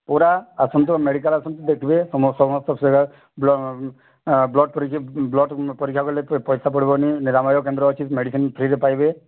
ପୁରା ଆସନ୍ତୁ ମେଡ଼ିକାଲ୍ ଆସନ୍ତୁ ଭେଟିବେ ସମସ୍ତଙ୍କ ସେବା ବ୍ଲଡ଼୍ ବ୍ଲଡ଼୍ ପରୀକ୍ଷା ବ୍ଲଡ଼୍ ପରୀକ୍ଷା କଲେ ପ ପଇସା ପଡ଼ିବନି ନିରାମୟ କେନ୍ଦ୍ର ମେଡ଼ିସିନ୍ ଫ୍ରିରେ ପାଇବେ